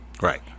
right